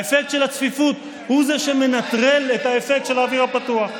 האפקט של הצפיפות הוא זה שמנטרל את האפקט של האוויר הפתוח.